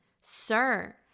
sir